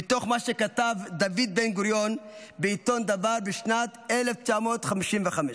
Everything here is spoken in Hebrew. ממה שכתב דוד בן-גוריון בעיתון דבר בשנת 1955: